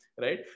Right